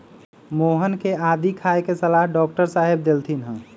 मोहन के आदी खाए के सलाह डॉक्टर साहेब देलथिन ह